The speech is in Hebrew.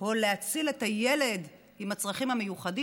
או על הצלת הילד עם הצרכים המיוחדים,